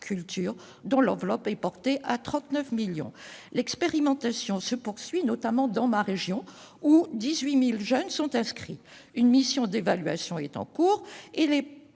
dont l'enveloppe est portée à 39 millions d'euros. L'expérimentation se poursuit, notamment dans ma région, où 18 000 jeunes sont inscrits. Une mission d'évaluation est en cours et nous